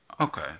Okay